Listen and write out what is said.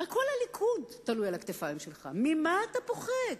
הרי כל הליכוד תלוי על הכתפיים שלך, ממה אתה פוחד?